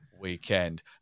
weekend